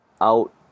out